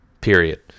period